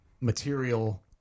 material